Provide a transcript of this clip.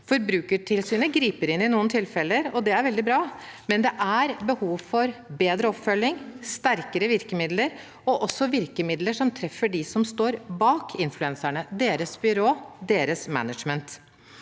Forbrukertilsynet griper inn i noen tilfeller, og det er veldig bra, men det er behov for bedre oppfølging, sterkere virkemidler og også virkemidler som treffer dem som står bak influenserne – deres byrå, deres management.